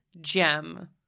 gem